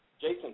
Jason